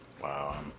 Wow